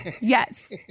Yes